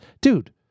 Dude